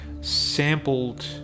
sampled